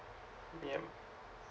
yup